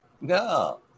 no